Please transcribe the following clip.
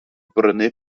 brynu